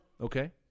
Okay